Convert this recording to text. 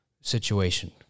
situation